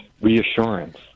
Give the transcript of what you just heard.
reassurance